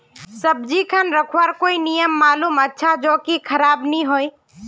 सब्जी खान रखवार कोई नियम मालूम अच्छा ज की खराब नि होय?